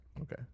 Okay